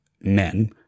men